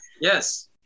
yes